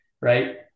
right